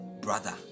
brother